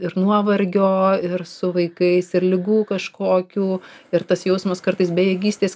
ir nuovargio ir su vaikais ir ligų kažkokių ir tas jausmas kartais bejėgystės